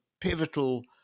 pivotal